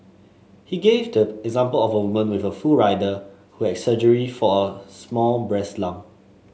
he gave the example of a woman with full rider who had surgery for a small breast lump